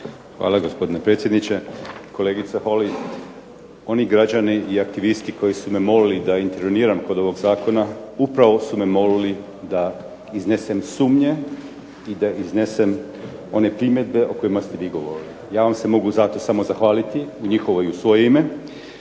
Hvala gospodine predsjedniče. Kolegica Holy oni građani i aktivisti koji su me molili da interveniram kod ovog zakona upravo su me molili da iznesem sumnje i da iznesem one primjedbe o kojima ste vi govorili. Ja vam se mogu za to samo zahvaliti u njihovo i u svoje ime,